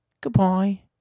Goodbye